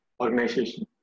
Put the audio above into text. Organization